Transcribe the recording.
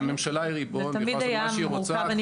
הממשלה היא ריבון והיא יכולה לעשות מה שהיא רוצה,